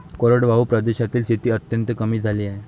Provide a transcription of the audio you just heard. कोरडवाहू प्रदेशातील शेती अत्यंत कमी झाली आहे